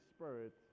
Spirit